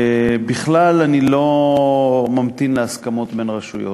בכלל, אני לא ממתין להסכמות בין רשויות.